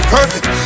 Perfect